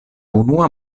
unua